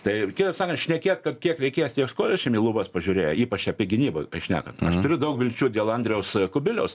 tai reikėjo kaip sakant šnekėt kad kiek reikės tiek skolysim į lubas pažiūrėję ypač apie gynybą šnekant aš turiu daug vilčių dėl andriaus kubiliaus